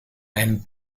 and